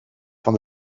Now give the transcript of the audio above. van